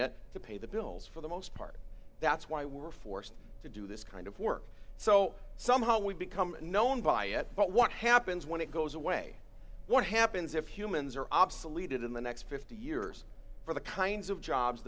it to pay the bills for the most part that's why we're forced to do this kind of work so somehow we become known by it but what happens when it goes away what happens if humans are obsolete in the next fifty years for the kinds of jobs